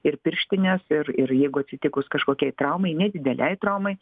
ir pirštines ir ir jeigu atsitikus kažkokiai traumai nedidelei traumai